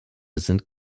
sind